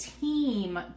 team